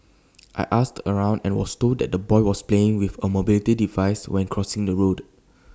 I asked around and was told that the boy was playing with A mobility device when crossing the road